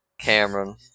Cameron